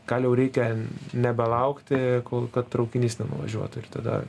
gal jau reikia nebelaukti kol kad traukinys nenuvažiuotų ir tada